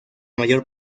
mayor